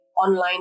online